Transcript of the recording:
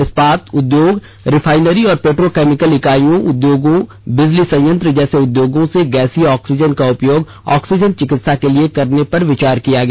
इस्पात उद्योग रिफाइनरी और पेट्रोकैमिकल इकाइयों उद्योगों बिजली संयंत्र जैसे उद्योगों से गैसीय ऑक्सीजन का उपयोग ऑक्सीजन चिकित्सा के लिए करने के उपर विचार किया गया